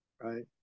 right